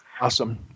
Awesome